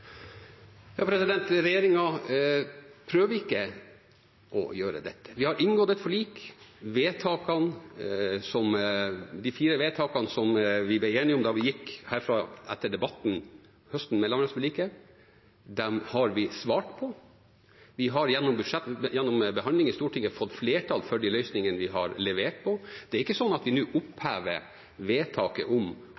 prøver ikke å gjøre dette. Vi har inngått et forlik, de fire vedtakene som vi ble enige om da vi gikk herfra etter debatten om landmaktforliket den høsten, har vi svart på. Vi har gjennom behandling i Stortinget fått flertall for de løsningene vi har levert på. Det er ikke sånn at vi nå